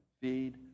Feed